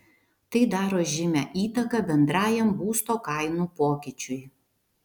tai daro žymią įtaką bendrajam būsto kainų pokyčiui